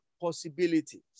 possibilities